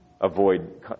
avoid